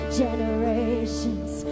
generations